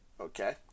okay